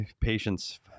Patience